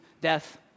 death